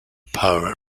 power